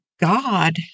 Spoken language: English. God